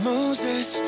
Moses